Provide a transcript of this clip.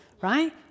right